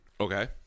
Okay